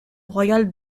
royale